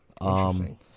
Interesting